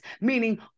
meaning